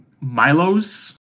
Milos